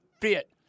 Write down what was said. fit